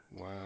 Wow